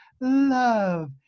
love